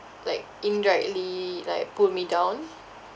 like indirectly like pull me down